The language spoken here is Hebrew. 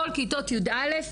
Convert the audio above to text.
כל כיתות י"א,